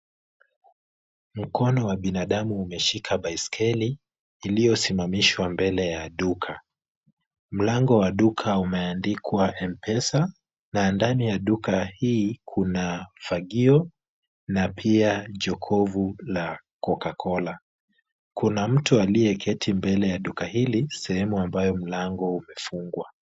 Mkono wa binadamu umeshika baiskeli iliyosimamishwa mbele ya duka. Mlango wa duka umeandikwa mpesa na ndani ya duka hii kuna fagio na pia jokofu la cocacola. Kuna mtu aliyeketi mbele ya duka hili, sehemu ambayo mlango umefungwa.